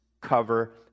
cover